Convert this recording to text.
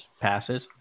passes